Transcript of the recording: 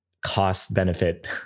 cost-benefit